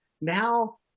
now